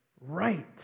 right